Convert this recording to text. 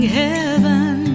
heaven